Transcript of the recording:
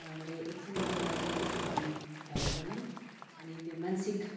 उहाँहरूले एकछिनको लागि भए पनि अनि त्यो मानसिक